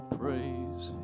praise